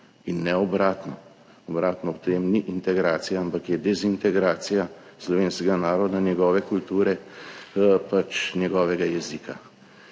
in ne obratno. Obratno ob tem ni integracija, ampak je dezintegracija slovenskega naroda, njegove kulture, njegovega jezika.